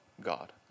God